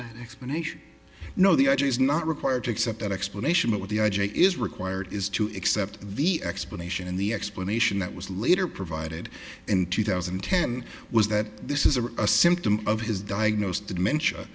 that explanation no the i g is not required to accept that explanation but what the i j a is required is to accept the explanation and the explanation that was later provided in two thousand and ten was that this is a symptom of his diagnosed mencia